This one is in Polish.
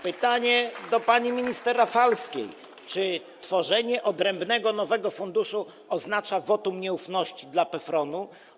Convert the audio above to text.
Pytanie do pani minister Rafalskiej: Czy tworzenie odrębnego, nowego funduszu oznacza wotum nieufności dla PFRON-u?